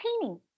painting